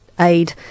Aid